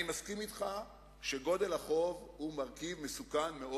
אני מסכים אתך שגודל החוב הוא מרכיב מסוכן מאוד